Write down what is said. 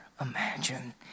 imagine